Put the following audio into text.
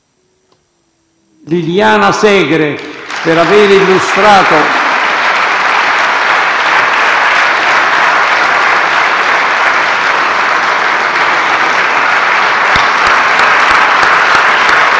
Liliana Segre per avere illustrato